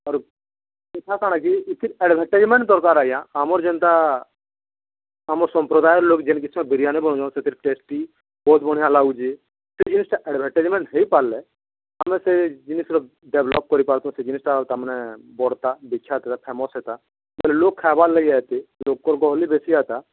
ଆରୁ ସେଠା କାଣା କି ଏଇଥିର୍ ଆଡ଼ଭର୍ଟାଇଜମେଣ୍ଟ ଦରକାର ଆଜ୍ଞା ଆମର୍ ଯେନ୍ତା ଆମର୍ ସମ୍ପ୍ରଦାୟର ଲୋକ ଯେନ୍ କିଛି ବିରିୟାନୀ ବନୁ ସେଥିର୍ ଟେଷ୍ଟି ବହୁତ ବଢ଼ିଆ ଲାଗୁଛି ସେ ଜିନିଟା ଆଡ଼ଭାଟାଇଜମେଣ୍ଟ ହେଇପାରିଲେ ଆମେ ସେ ଜିନିଷର ଡେଭଲପ୍ କରିପାରଛ ସେ ଜିନିଷଟା ତା'ମାନେ ବଡ଼ ତା ବିଖ୍ୟାତ ହେତା ଫେମସ୍ ହେତା ସେ ଲୋକ୍ ଖାଇବାର୍ ଲାଗି ଏତେ ଲୋକ ଗହଲି ବେଶି ହେତା